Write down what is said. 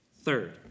Third